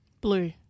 Blue